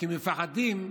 כי מפחדים,